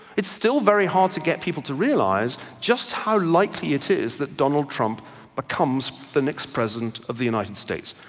it's still very hard to get people to realise just how likely it is that donald trump becomes the next president of the united states.